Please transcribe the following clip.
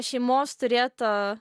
šeimos turėtą